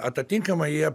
atatinkamai jie